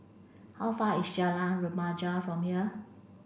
how far is Remaja from here